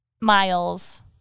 miles